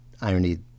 irony